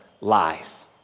lies